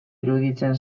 iruditzen